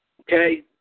okay